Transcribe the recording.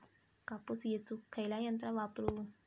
कापूस येचुक खयला यंत्र वापरू?